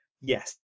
yes